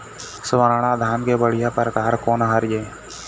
स्वर्णा धान के बढ़िया परकार कोन हर ये?